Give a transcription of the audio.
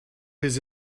his